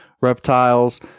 reptiles